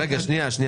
לא?